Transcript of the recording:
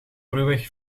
ruwweg